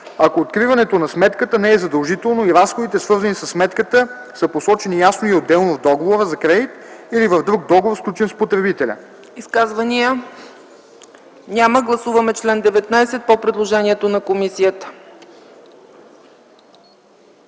ако откриването на сметката не е задължително и разходите, свързани със сметката, са посочени ясно и отделно в договора за кредит или в друг договор, сключен с потребителя.” ПРЕДСЕДАТЕЛ ЦЕЦКА ЦАЧЕВА: Изказвания? Няма. Гласуваме чл. 19 по предложение на комисията.